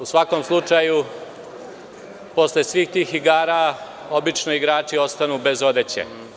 U svakom slučaju, posle svih tih igara obično igrači ostanu bez odeće.